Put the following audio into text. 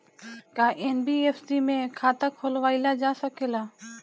का एन.बी.एफ.सी में खाता खोलवाईल जा सकेला?